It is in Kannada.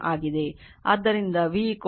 ಆದ್ದರಿಂದ v L1 d i dt M